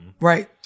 Right